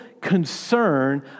concern